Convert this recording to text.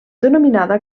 denominada